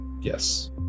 Yes